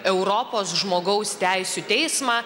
europos žmogaus teisių teismą